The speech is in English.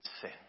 sin